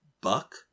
buck